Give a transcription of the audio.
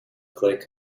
click